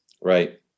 Right